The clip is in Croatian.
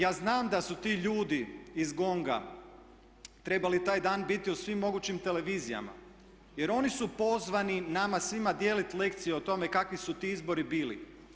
Ja znam da su ti ljudi iz GONG-a trebali taj dan biti u svim mogućim televizijama jer oni su pozvani nama svima dijelit lekcije o tome kakvi su ti izbori bili.